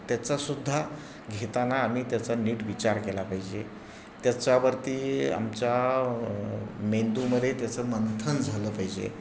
त्याचा सुद्धा घेताना आम्ही त्याचा नीट विचार केला पाहिजे त्याच्यावरती आमच्या मेंदूमध्ये त्याचं मंथन झालं पाहिजे